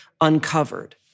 uncovered